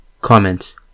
Comments